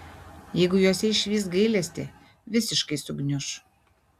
jeigu jose išvys gailestį visiškai sugniuš